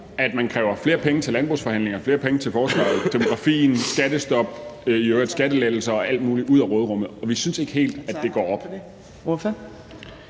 at man kræver flere penge til landbruget, flere penge til forsvaret, demografien, skattestop, i øvrigt skattelettelser og alt muligt ud af råderummet, og vi synes ikke helt, at det går op.